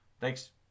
Thanks